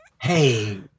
hey